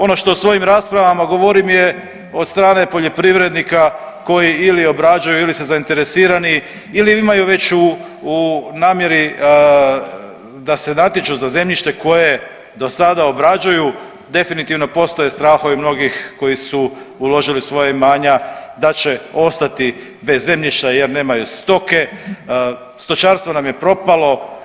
Ono što u svojim raspravama govorim je od strane poljoprivrednika koji ili obrađuju ili su zainteresirani ili imaju već u, u namjeri da se natječu za zemljište koje do sada obrađuju, definitivno postoje strahovi mnogih koji su uložili u svoja imanja da će ostati bez zemljišta jer nemaju stoke, stočarstvo nam je propalo.